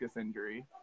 injury